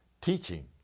teaching